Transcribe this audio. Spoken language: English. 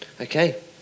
Okay